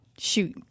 shoot